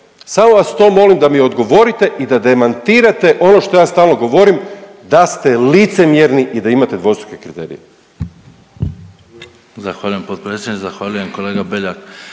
samo vas to molim da mi odgovorite i da demantirate ono što ja stalno govorim da ste licemjerni i da imate dvostruke kriterije.